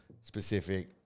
specific